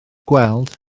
gweld